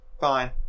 Fine